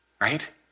Right